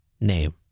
name